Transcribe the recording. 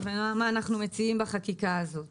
בחקיקה הזאת